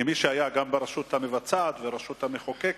כמי שהיה גם ברשות המבצעת וגם ברשות המחוקקת,